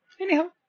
Anyhow